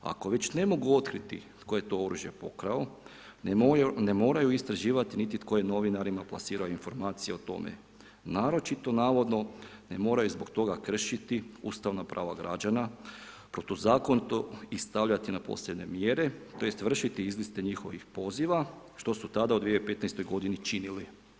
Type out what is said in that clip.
Ako već ne mogu otkriti tko je to oružje pokrao, ne moraju istraživati niti tko je novinarima plasirao informacije o tome, naročito navodno ne moraju zbog toga kršiti ustavna prava građana protuzakonito i stavljati ih na posebne mjere tj. vršiti izliste njihovih poziva, što su tada od 2015. godine činili.